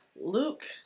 Luke